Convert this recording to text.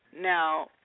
Now